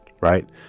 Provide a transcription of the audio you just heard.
right